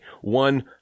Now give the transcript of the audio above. One